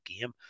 game